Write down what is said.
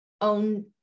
own